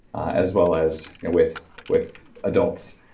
ah as well as with with adults.